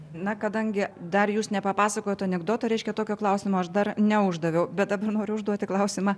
na kadangi dar jūs nepapasakojot anekdoto reiškia tokio klausimo aš dar neuždaviau bet dabar noriu užduoti klausimą